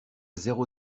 zéro